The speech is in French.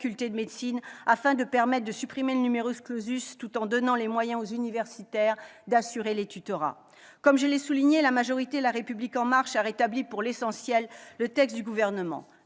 de médecine, afin de permettre de supprimer le tout en donnant aux universitaires les moyens d'assurer les tutorats. Comme je l'ai souligné, la majorité La République en Marche a rétabli, pour l'essentiel, le texte du Gouvernement.